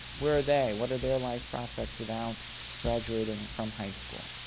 where are they? what are their life prospects without graduating from high school?